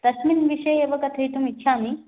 तस्मिन् विषये एव कथयितुमिच्छामि